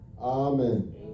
Amen